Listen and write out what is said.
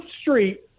street